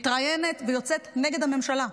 היא מתראיינת ויוצאת נגד הממשלה,